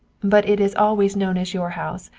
but it is always known as your house.